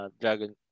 dragon